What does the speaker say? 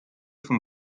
vom